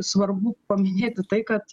svarbu paminėti tai kad